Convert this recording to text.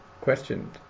questioned